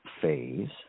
phase